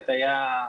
איך שזה נראה חברים,